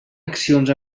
accions